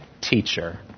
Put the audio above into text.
teacher